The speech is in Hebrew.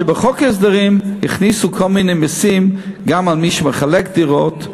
שבחוק ההסדרים הכניסו כל מיני מסים גם על מי שמחלק דירות,